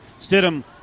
Stidham